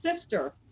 sister